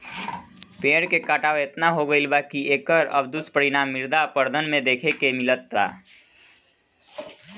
पेड़ के कटाव एतना हो गईल बा की एकर अब दुष्परिणाम मृदा अपरदन में देखे के मिलता